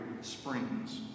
Springs